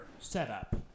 setup